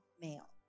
male